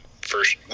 first